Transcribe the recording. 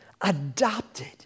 adopted